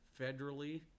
federally